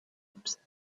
himself